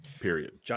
period